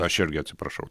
aš irgi atsiprašau